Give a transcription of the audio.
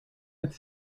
het